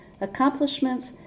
accomplishments